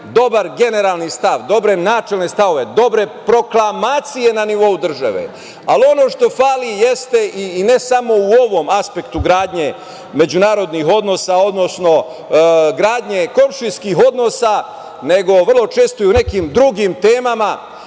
dobar generalni stav, dobre načelne stavove, dobre proklamacije na nivou države, ali ono što fali jeste, i ne samo u ovom aspektu gradnje međunarodnih odnosa, odnosno gradnje komšijskih odnosa, nego vrlo često i u nekim drugim temama,